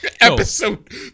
episode